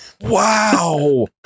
Wow